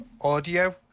audio